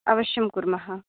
अवश्यं कुर्मः